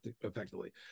effectively